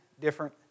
different